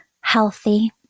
healthy